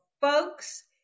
folks